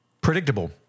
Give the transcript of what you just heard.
predictable